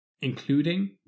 including